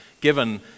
given